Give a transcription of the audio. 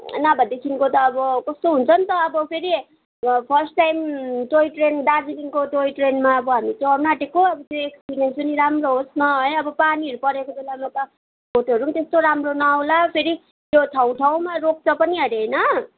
नभएदेखिको त अब कस्तो हुन्छन् त अब फेरि फर्स्ट टाइम टोय ट्रेन दार्जिलिङको टोय ट्रेनमा अब हामी चढ्नु आँटेको त्यो एक्सपिरियन्स पनि राम्रो होस् न है अब पानीहरू परेको बेलामा त फोटोहरू त्यस्तो राम्रो न आउला फेरि त्यो ठाउँ ठाउँमा रोक्छ पनि हरे होइन